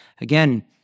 Again